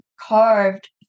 carved